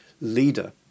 leader